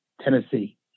Tennessee